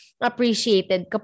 appreciated